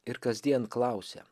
ir kasdien klausia